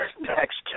next